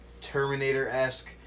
terminator-esque